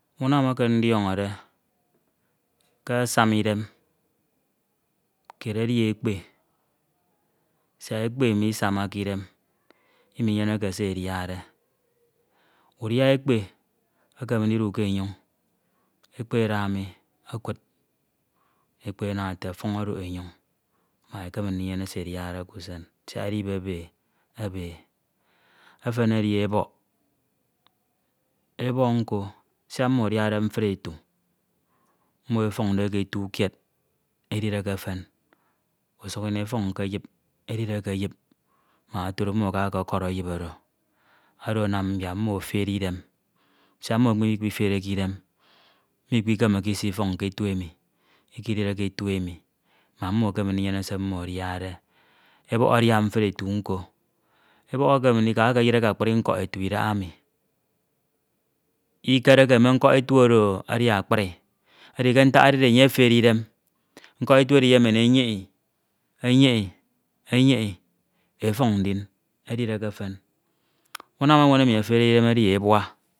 Unem eke ndiọñọde ke asana idem kied edi ekpe, siak ekpe misanake idem iminyeneke se ediade udia ekpe ekeme ndidu ke enyoñ ekpe ada mi okud, ekpe ana ete ọfuñ odok enyoñ mak ekeme ndinyene se ediade k'usen siak edo ibebe ebe. Efen edi ebọk ebọk nko siak mmo adiade mfri ete, mmo efuñ, ke etu kied edine ke efen, usuk ini efuñ ke eyip edine ke eyip mak otudo mmo akake kọd eyip oro, siak oro anam yak mmo efere idem siak mmo mikpifere ke idem, mmo ikpisikemeke isifuñ ke etu emi ikidire ke etu emi mak mmo ekeme ndinyene se mmo adiade. Ebọk adia mfri etu nko. Ebọk ekeme ndika ekeyire ke akpri nkọk etu idahaemi ikeneke me nkọk etu oro edi akpri edi ke ntak edide enye edi akpri nkọk etu oro iyenyehi, enyeghi, enyeghi efuñ ndin edire ke efen. Unam ofen emi efenede idem edi ebua.